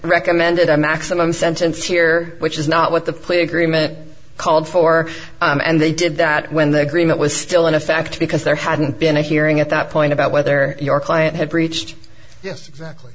recommended a maximum sentence here which is not what the plea agreement called for and they did that when they agreed that was still in effect because there hadn't been a hearing at that point about whether your client had breached yes exactly